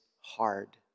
hard